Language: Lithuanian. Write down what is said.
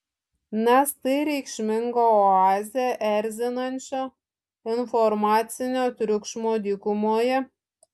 nes tai reikšminga oazė erzinančio informacinio triukšmo dykumoje